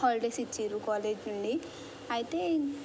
holidays ఇచ్చారు college నుండి అయితే